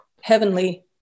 heavenly